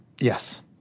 Yes